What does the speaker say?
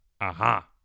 Aha